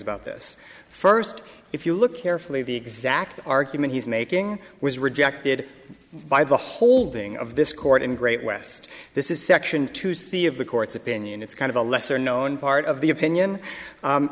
about this first if you look carefully the exact argument he's making was rejected by the holding of this court in great west this is section two c of the court's opinion it's kind of a lesser known part of the opinion